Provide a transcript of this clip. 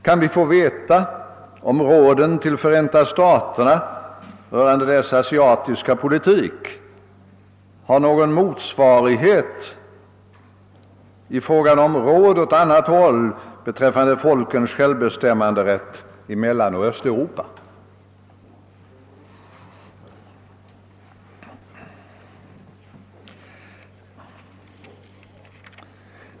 Kan vi få reda på, om råden till Förenta staterna rörande dess asiatiska politik har någon motsvarighet i fråga om råd åt annat håll beträffande folkens självbestämmanderätt i Mellaneuropa och Östeuropa?